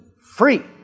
free